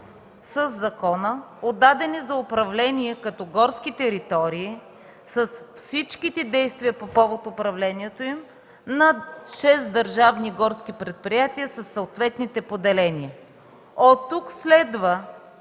със закона бяха отдадени за управление като горски територии с всичките действия по повод управлението им на 6 държавни горски предприятия със съответните поделения. Оттук следва